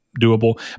doable